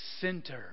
center